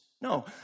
No